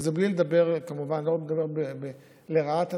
וזה בלי לדבר כמובן לרעת אנשים,